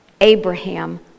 Abraham